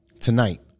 Tonight